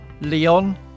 Leon